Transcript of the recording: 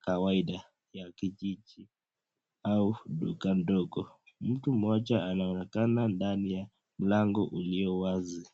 kawaida ya kijiji au duka ndogo mtu mmoja anaonekana ndani ya lango ulio wazi.